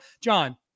John